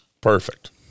Perfect